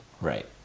Right